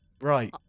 Right